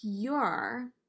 Pure